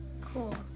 Cool